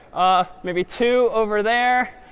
ah maybe two over there.